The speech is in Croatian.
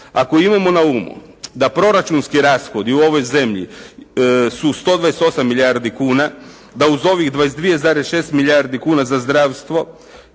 Ako imamo na umu da proračunski rashodi u ovoj zemlji su 128 milijardi kuna, da uz ovih 22,6 milijardi kuna za zdravstvo,